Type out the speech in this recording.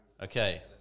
Okay